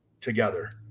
together